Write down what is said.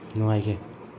ꯅꯨꯡꯉꯥꯏꯈꯤ